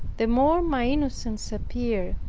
the more my innocence appeared,